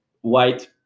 white